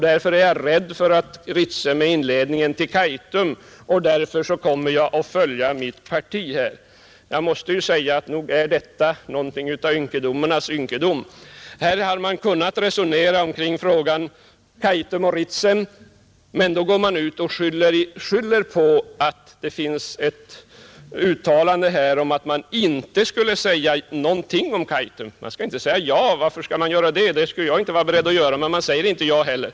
Jag är rädd för att Ritsem är inledningen till Kaitum, och därför kommer jag att följa mitt parti. Nog är detta något av ynkedomarnas ynkedom! Här hade man kunnat resonera omkring frågan Kaitum och Ritsem, men då går man ut och skyller på att det finns ett uttalande om att vi inte skulle säga någonting om Kaitum. Vi skall inte säga ja, och varför skulle vi göra det? Det skulle jag inte vara beredd att göra — och vi säger inte ja heller.